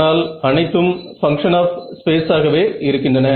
ஆனால் அனைத்தும் function of ஸ்பேஸாகவே இருக்கின்றன